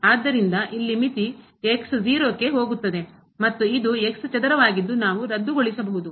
ಆದ್ದರಿಂದ ಇಲ್ಲಿಮಿತಿ ಹೋಗುತ್ತದೆ ಮತ್ತು ಇದು ಚದರವಾಗಿದ್ದು ನಾವು ರದ್ದುಗೊಳಿಸಬಹುದು